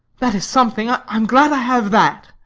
that is something i am glad i have that!